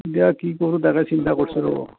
এতিয়া কি কৰোঁ তাকে চিন্তা কৰিছোঁ ৰ'ব